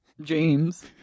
James